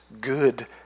good